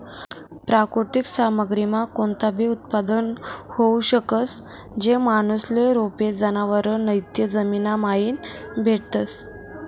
प्राकृतिक सामग्रीमा कोणताबी उत्पादन होऊ शकस, जे माणूसले रोपे, जनावरं नैते जमीनमाईन भेटतस